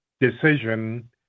decision